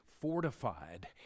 fortified